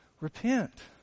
Repent